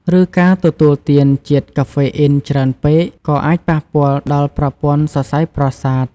ឬការទទួលទានជាតិកាហ្វេអ៊ីនច្រើនពេក ក៏អាចប៉ះពាល់ដល់ប្រព័ន្ធសរសៃប្រសាទ។